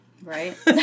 Right